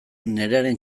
nerearen